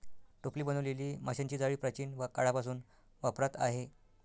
टोपली बनवलेली माशांची जाळी प्राचीन काळापासून वापरात आहे